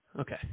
Okay